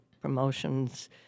promotions